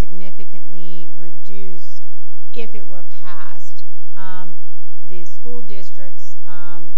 significantly reduce if it were passed the school districts